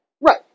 Right